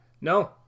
No